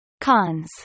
Cons